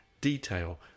detail